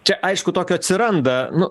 čia aišku tokio atsiranda nu